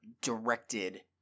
directed